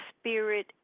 spirit